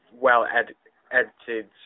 well-edited